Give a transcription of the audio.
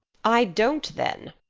i don't then,